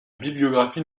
bibliographie